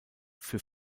für